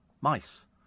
mice